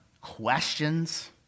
questions